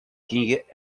king